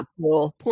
Poor